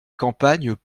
campagne